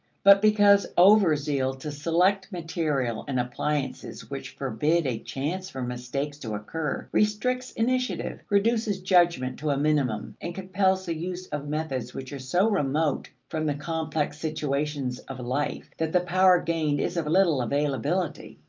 but because overzeal to select material and appliances which forbid a chance for mistakes to occur, restricts initiative, reduces judgment to a minimum, and compels the use of methods which are so remote from the complex situations of life that the power gained is of little availability.